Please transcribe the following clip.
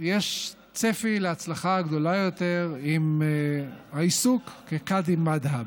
יש צפי להצלחה גדולה יותר עם העיסוק כקאדי מד'הב.